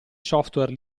software